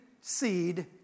seed